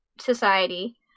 society